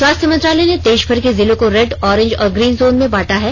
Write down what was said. स्वास्थ्य मंत्रालय ने देशमर के जिलों को रेड ऑरेंज और ग्रीन जोन में बांटा है